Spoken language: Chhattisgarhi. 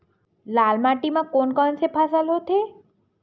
लाल माटी म कोन कौन से फसल होथे?